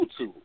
YouTube